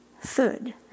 Third